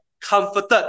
comforted